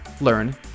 learn